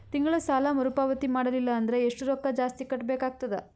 ತಿಂಗಳ ಸಾಲಾ ಮರು ಪಾವತಿ ಮಾಡಲಿಲ್ಲ ಅಂದರ ಎಷ್ಟ ರೊಕ್ಕ ಜಾಸ್ತಿ ಕಟ್ಟಬೇಕಾಗತದ?